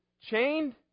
chained